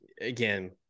again